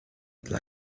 dla